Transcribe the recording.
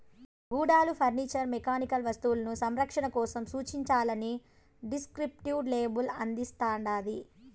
గుడ్డలు furniture mechanical వస్తువులు సంరక్షణ కోసం సూచనలని డిస్క్రిప్టివ్ లేబుల్ అందిస్తాండాది